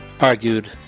argued